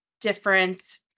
different